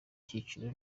cyiciro